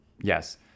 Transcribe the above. Yes